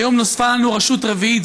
היום נוספה לנו רשות רביעית,